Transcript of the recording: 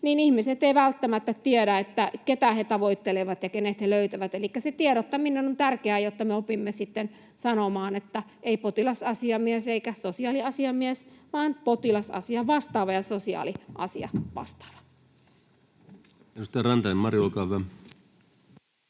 niin ihmiset eivät välttämättä tiedä, ketä he tavoittelevat ja kenet he löytävät, elikkä tiedottaminen on tärkeää, jotta me opimme sitten sanomaan, että ei potilasasiamies eikä sosiaaliasiamies, vaan potilasasiavastaava ja sosiaaliasiavastaava.